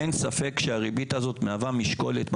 אין ספק שהריבית הזאת מהווה משקולת ממשית,